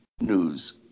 news